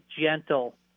gentle